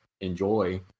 enjoy